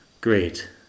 Great